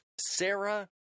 Sarah